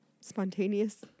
spontaneous